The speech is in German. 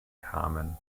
kamen